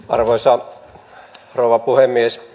arvoisa rouva puhemies